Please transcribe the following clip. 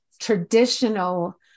traditional